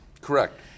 Correct